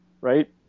right